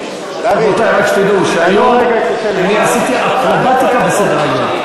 רק שתדעו: היום אני עשיתי אקרובטיקה בסדר-היום.